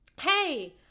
Hey